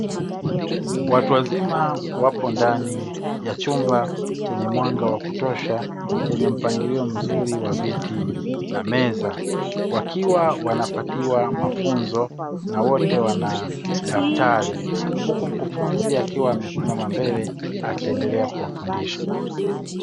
Watu wazima wapo ndani ya chumba chenye mwanga wa kutosha chenye mpangilio mzuri wa viti na meza, wakiwa wanapatiwa mafunzo na wote wana daftari huku mkufunzi akiwa amesimama mbele akiendelea kuwafundisha.